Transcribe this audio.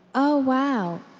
oh, wow.